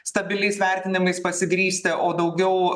stabiliais vertinimais pasigristi o daugiau